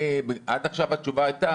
עד עכשיו התשובה הייתה,